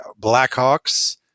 blackhawks